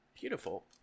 Beautiful